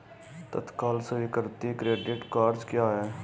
तत्काल स्वीकृति credit cards क्या हैं?